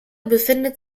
befindet